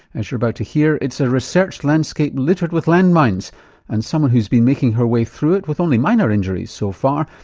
as you're about to hear it's a research landscape littered with landmines and someone who's been making her way through it with only minor injuries so far,